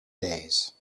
days